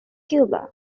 cuba